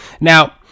Now